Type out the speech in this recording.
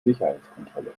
sicherheitskontrolle